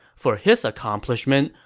for his accomplishment,